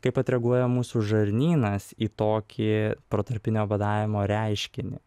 kaip atreaguoja mūsų žarnynas į tokį protarpinio badavimo reiškinį